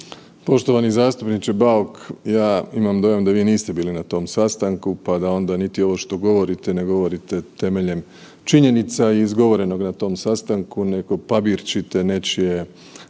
Poštovani zastupniče Bauk, ja imam dojam da vi niste bili na tom sastanku pa da onda niti ovo što govorite, ne govorite temeljem činjenica i izgovorenog na tom sastanku nego pabirčite nečije